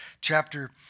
chapter